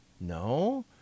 No